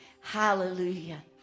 Hallelujah